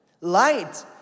Light